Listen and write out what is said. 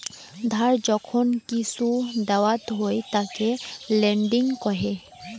ধার যখন কিসু দাওয়াত হই তাকে লেন্ডিং কহে